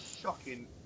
shocking